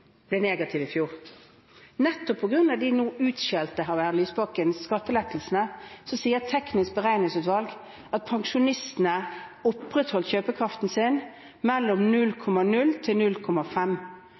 ble negativ i fjor. Nettopp på grunn av de nå av hr. Lysbakken utskjelte skattelettelsene sier Teknisk beregningsutvalg at pensjonistene opprettholdt kjøpekraften sin mellom